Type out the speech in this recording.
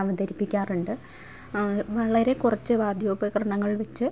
അവതരിപ്പിക്കാറുണ്ട് വളരെ കുറച്ച് വാദ്യോപകരണങ്ങള് വച്ച്